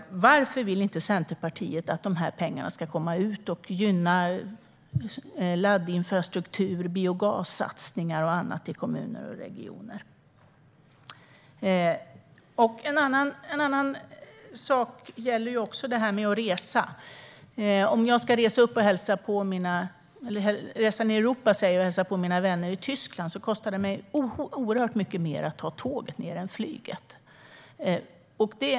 Varför vill inte Centerpartiet att de pengarna ska komma ut och gynna laddinfrastruktur, biogassatsningar och annat i kommuner och regioner? En annan sak gäller det här med att resa. Om jag ska hälsa på mina vänner i Tyskland kostar det oerhört mycket mer att ta tåget dit än att ta flyget.